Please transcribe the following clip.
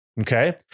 okay